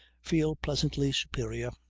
feel pleasantly superior.